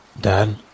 Dad